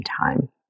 time